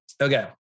Okay